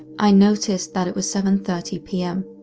i noticed that it was seven thirty pm.